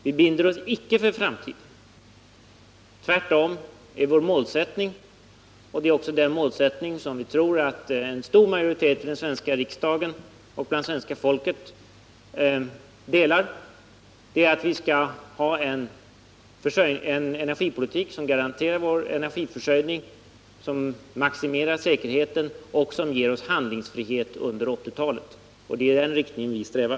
Vi binder oss icke för framtiden. Tvärtom är vår målsättning — en målsättning som vi tror omfattas av en stor majoritet i den svenska riksdagen och inom det svenska folket — att vi skall föra en energipolitik som garanterar vår energiförsörjning, som maximerar säkerheten och som ger oss handlingsfrihet under 1980-talet. Det är i den riktningen vi strävar.